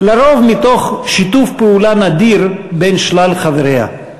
על-פי רוב בשיתוף פעולה נדיר בין שלל חבריה.